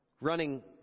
Running